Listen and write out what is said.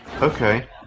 Okay